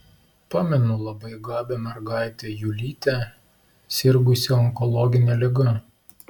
pamenu labai gabią mergaitę julytę sirgusią onkologine liga